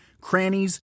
crannies